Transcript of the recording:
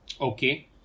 Okay